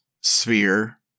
sphere